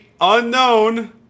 unknown